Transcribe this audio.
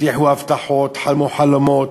הבטיחו הבטחות, חלמו חלומות,